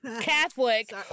Catholic